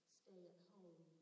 stay-at-home